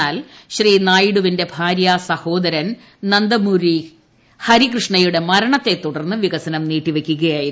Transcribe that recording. എന്നാൽ ശ്രീനായിഡുവിന്റെ ഭാര്യ സഹോദരൻ നന്ദമുരി ഹരികൃഷ്ണയുടെ മരണത്തെ തുടർന്ന് വികസനം നീട്ടിവെക്കുകയായിരുന്നു